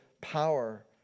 power